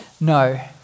No